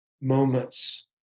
moments